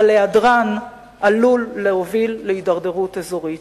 אבל היעדרן עלול להוביל להידרדרות אזורית.